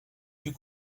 plus